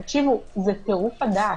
תקשיבו, זה טירוף הדעת.